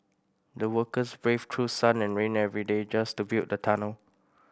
the workers braved through sun and rain every day just to build the tunnel